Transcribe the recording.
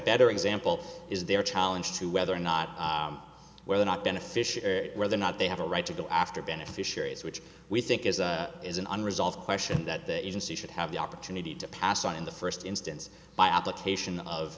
better example is their challenge to whether or not whether or not beneficial or not they have a right to go after beneficiaries which we think is a is an unresolved question that the agency should have the opportunity to pass on in the first instance by application of